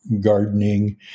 gardening